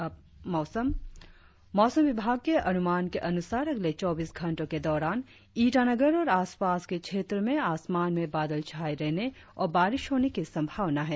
और अब मोसम मौसम विभाग के अनुमान के अनुसार अगले चौबीस घंटो के दौरान ईटानगर और आसपास के क्षेत्रो में आसमान में बादल छाये रहने और बारिश होने की संभावना है